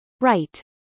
right